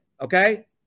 okay